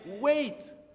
Wait